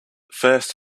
first